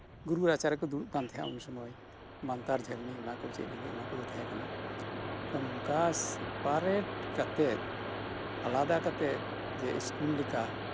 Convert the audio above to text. ᱜᱩᱨᱩ ᱨᱟᱪᱟ ᱨᱮᱠᱚ ᱫᱩᱲᱩᱵ ᱠᱟᱱ ᱛᱟᱦᱮᱸᱫᱼᱟ ᱩᱱ ᱥᱩᱢᱟᱹᱭ ᱢᱟᱱᱛᱟᱨ ᱡᱷᱟᱹᱨᱱᱤ ᱚᱱᱟ ᱠᱚ ᱪᱮᱫ ᱞᱟᱹᱜᱤᱫ ᱚᱱᱟ ᱠᱚᱫᱚ ᱛᱟᱦᱮᱸ ᱠᱟᱱᱟ ᱛᱚ ᱱᱚᱝᱠᱟ ᱥᱮᱯᱟᱨᱮᱴ ᱠᱟᱛᱮᱫ ᱟᱞᱟᱫᱟ ᱠᱟᱛᱮᱫ ᱡᱮ ᱥᱠᱩᱞ ᱞᱮᱠᱟ